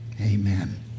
amen